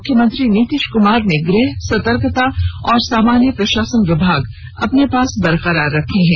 मुख्यमंत्री नीतीश कुमार ने गृह सतर्कता और सामान्य प्रशासन विभाग अपने पास बरकरार रखे हैं